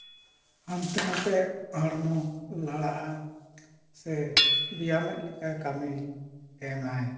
ᱦᱟᱱᱛᱮ ᱱᱟᱛᱮ ᱦᱚᱲᱢᱚ ᱞᱟᱲᱟᱜᱼᱟ ᱥᱮ ᱵᱮᱭᱟᱢᱮᱫ ᱞᱮᱠᱟᱭ ᱠᱟᱹᱢᱤ ᱮᱢᱟᱭ